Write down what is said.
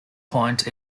point